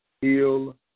heal